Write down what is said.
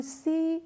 see